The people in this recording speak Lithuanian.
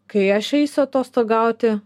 kai aš eisiu atostogauti